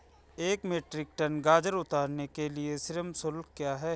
एक metric tonne गाजर उतारने के लिए श्रम शुल्क क्या है?